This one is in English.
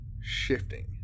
shifting